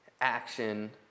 action